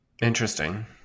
interesting